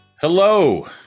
Hello